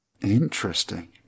interesting